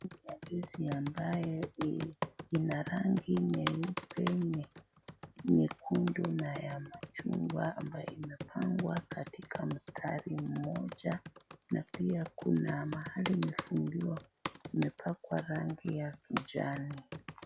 Gesi ambaye ina rangi nyeupe nyekundu na ya machungwa ambayo imepangwa katika mstari mmoja na pia kuna mahali imefungiwa imepakwa rangi ya kijani.